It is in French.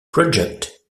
project